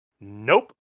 nope